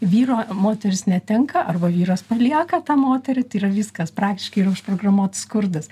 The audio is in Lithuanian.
vyro moteris netenka arba vyras palieka tą moterį tai yra viskas praktiškai yra užprogramuotas skurdas